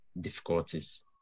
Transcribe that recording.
difficulties